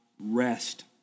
rest